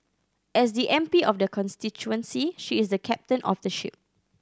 as the M P of the constituency she is the captain of the ship